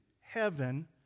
heaven